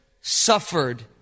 suffered